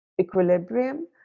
equilibrium